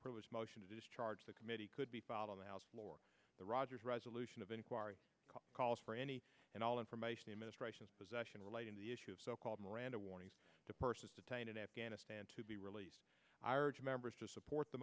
propose motion to discharge the committee could be filed on the house floor the rogers resolution of inquiry calls for any and all information administration's possession relating to the issue of so called miranda warnings to persons detained in afghanistan to be released i urge members to support the